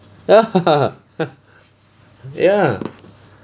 ya ya